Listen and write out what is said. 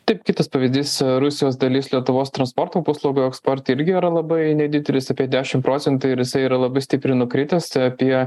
taip kitas pavyzdys rusijos dalis lietuvos transporto paslaugų eksporte irgi yra labai nedidelis apie dešim procentai ir jisai yra labai stipriai nukritęs apie